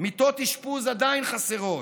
מיטות אשפוז עדיין חסרות,